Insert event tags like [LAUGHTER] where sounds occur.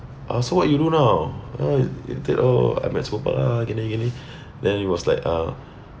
ah so what you do now ah you think oh I'm at ah gini gini [BREATH] then he was like uh